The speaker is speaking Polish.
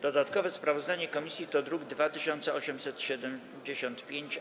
Dodatkowe sprawozdanie komisji to druk nr 2875-A.